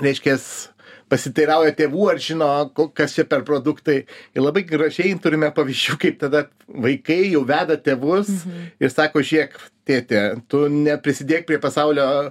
reiškias pasiteirauja tėvų ar žino kas čia per produktai ir labai gražiai turime pavyzdžių kaip tada vaikai jau veda tėvus ir sako žėk tėti tu neprisidėk prie pasaulio